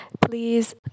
please